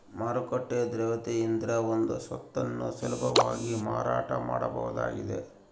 ಮಾರುಕಟ್ಟೆ ದ್ರವ್ಯತೆಯಿದ್ರೆ ಒಂದು ಸ್ವತ್ತನ್ನು ಸುಲಭವಾಗಿ ಮಾರಾಟ ಮಾಡಬಹುದಾಗಿದ